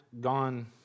gone